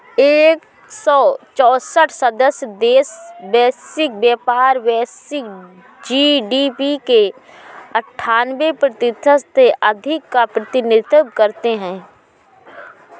एक सौ चौसठ सदस्य देश वैश्विक व्यापार, वैश्विक जी.डी.पी के अन्ठान्वे प्रतिशत से अधिक का प्रतिनिधित्व करते हैं